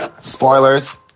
Spoilers